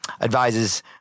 advises